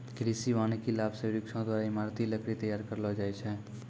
कृषि वानिकी लाभ से वृक्षो द्वारा ईमारती लकड़ी तैयार करलो जाय छै